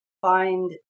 find